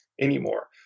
anymore